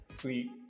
Sweet